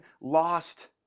lost